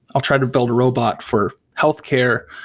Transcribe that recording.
i'll try to build a robot for healthcare.